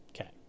Okay